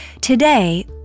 Today